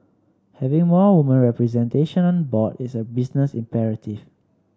having more woman representation on board is a business imperative